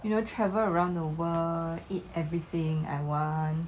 you know travel around the world eat everything I want